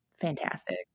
Fantastic